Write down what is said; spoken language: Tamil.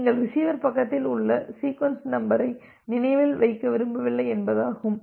எனவே இங்கே ரிசீவர் பக்கத்தில் உள்ள சீக்வென்ஸ் நம்பரை நினைவில் வைக்க விரும்பவில்லை என்பதாகும்